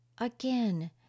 Again